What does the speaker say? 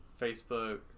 Facebook